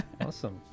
awesome